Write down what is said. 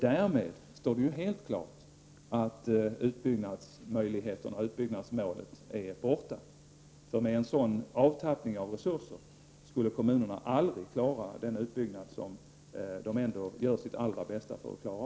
Därmed står det helt klart att utbyggnadsmålet är borta — med en sådan avtappning av resurser skulle kommunerna aldrig klara den utbyggnad som de ändå gör sitt allra bästa för att klara.